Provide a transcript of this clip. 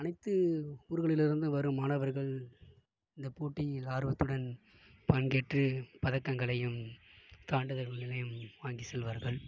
அனைத்து ஊர்களிலிருந்து வரும் மாணவர்கள் இந்த போட்டி ஆர்வத்துடன் பங்கேற்று பதக்கங்களையும் சான்றிதழ்களையும் வாங்கிச் செல்வார்கள்